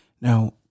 Now